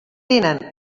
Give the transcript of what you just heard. tenen